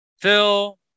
Phil